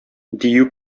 дию